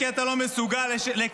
כי אתה לא מסוגל לכך.